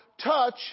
touch